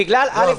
בגלל א',